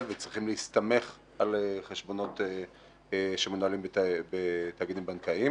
וצריכים להסתמך על חשבונות שמנוהלים בתאגידים בנקאיים.